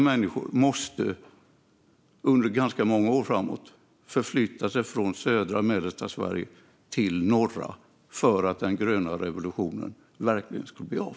Människor måste under ganska många år framöver förflytta sig fysiskt från södra och mellersta Sverige till norra för att den gröna revolutionen verkligen ska bli av.